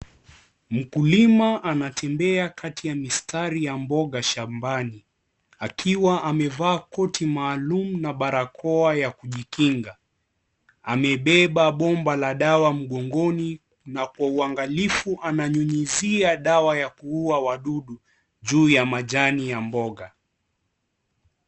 Mkulima anatembea kati ya mistari wa mboga shambani akiwa amevaa koti maalum na barakoa ya kujikinga, amebeba bomba la dawa mgongoni na kwa uangalifu ananyunyuzia dawa ya kuua wadudu juu ya majani ya mboga.